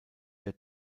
der